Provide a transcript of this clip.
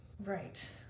Right